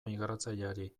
migratzaileari